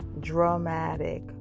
dramatic